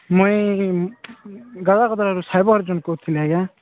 ମୁଁ ଏଇ ସାଇବ ଅର୍ଜନ କହୁଥିଲି ଆଜ୍ଞା